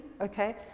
okay